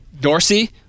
Dorsey